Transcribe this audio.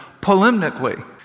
polemically